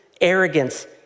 arrogance